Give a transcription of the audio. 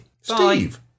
Steve